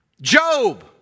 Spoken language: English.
Job